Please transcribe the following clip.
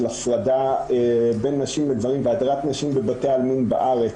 הפרדה בין נשים לגברים והדרת נשים בבתי עלמין בארץ.